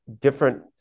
different